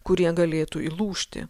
kurie galėtų įlūžti